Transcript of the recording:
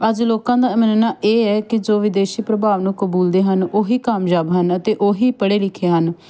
ਅੱਜ ਲੋਕਾਂ ਦਾ ਮੰਨਣਾ ਇਹ ਹੈ ਕਿ ਜੋ ਵਿਦੇਸ਼ੀ ਪ੍ਰਭਾਵ ਨੂੰ ਕਬੂਲਦੇ ਹਨ ਉਹੀ ਕਾਮਯਾਬ ਹਨ ਅਤੇ ਉਹੀ ਪੜ੍ਹੇ ਲਿਖੇ ਹਨ